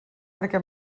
perquè